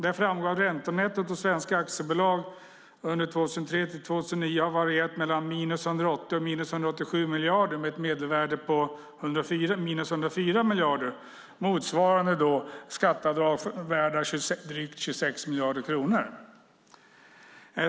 Där framgår att räntenettot i svenska aktiebolag under 2003-2009 har varierat mellan minus 80 och minus 187 miljarder, med ett medelvärde på minus 104 miljarder, motsvarande skatteavdrag värda drygt 26 miljarder kronor.